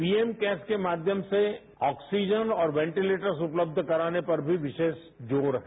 PM CARES के माध्यम से ऑक्सीजन और वेंटिलेटर्स उपलब्ध कराने पर भी विशेष जोर है